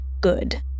good